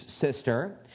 sister